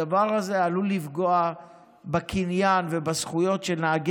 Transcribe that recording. הדבר הזה עלול לפגוע בקניין ובזכויות של בעלי